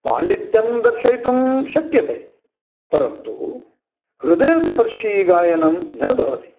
पाण्डित्यं दर्शयितुं शक्यते परन्तु हृदयस्पर्शिगायनं न भवति